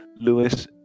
Lewis